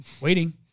waiting